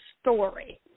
story